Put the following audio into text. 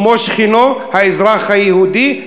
כמו שכנו האזרח היהודי,